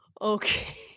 okay